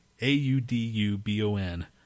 A-U-D-U-B-O-N